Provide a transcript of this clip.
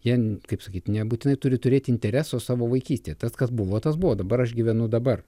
jie kaip sakyt nebūtinai turi turėti interesą savo vaikystėje tas kas buvo tas buvo dabar aš gyvenu dabar